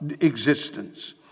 existence